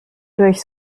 durch